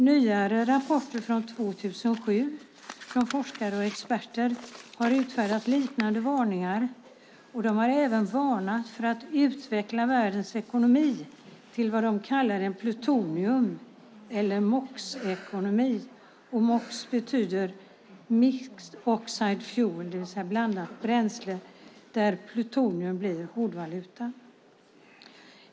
Nyare rapporter från 2007 från forskare och experter har utfärdat liknande varningar, och de har även varnat för att utveckla världens ekonomi till vad de kallar en plutonium eller MOX-ekonomi där plutonium blir hårdvalutan. MOX betyder mixed oxide fuel, det vill säga blandat bränsle.